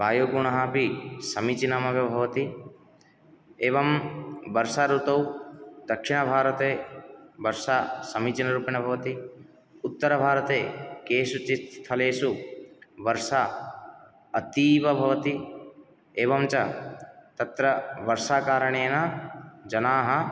वायुगुणः अपि समीचनमेव भवति एवं वर्षा ऋतौ दक्षिण भारते वर्षा समीचीनरुपेण भवति उत्तर भारते केषुचित् स्थलेषु वर्षा अतीव भवति एवं च तत्र वर्षा कारणेन जनाः